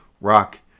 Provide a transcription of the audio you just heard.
rock